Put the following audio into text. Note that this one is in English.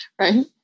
Right